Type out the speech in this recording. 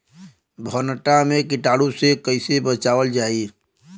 भनटा मे कीटाणु से कईसे बचावल जाई?